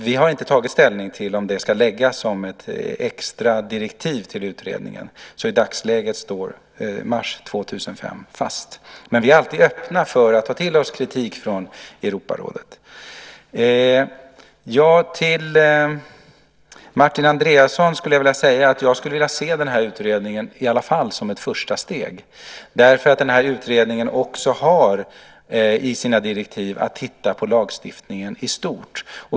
Vi har inte tagit ställning till om det ska läggas som ett extra direktiv till utredningen. I dagsläget står mars 2005 fast. Men vi är alltid öppna för att ta till oss kritik från Europarådet. Till Martin Andreasson vill jag säga att jag i alla fall skulle vilja se den här utredningen som ett första steg. Utredningen har också i sina direktiv att titta på lagstiftningen i stort.